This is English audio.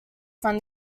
from